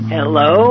Hello